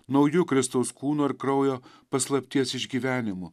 nauju kristaus kūno ir kraujo paslapties išgyvenimu